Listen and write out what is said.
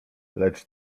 lecz